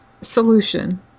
solution